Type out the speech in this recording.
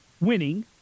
winning